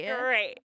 great